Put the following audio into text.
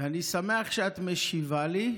ואני שמח שאת משיבה לי.